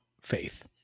faith